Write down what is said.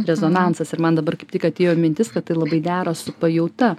rezonansas ir man dabar kaip tik atėjo mintis kad tai labai dera su pajauta